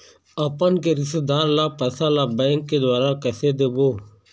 अपन के रिश्तेदार ला पैसा ला बैंक के द्वारा कैसे देबो?